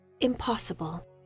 Impossible